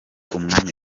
umwanya